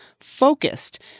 focused